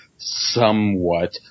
Somewhat